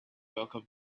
welcome